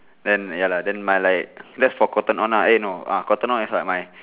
then ya lah then my like that's for Cotton On lah eh no ah Cotton On is like my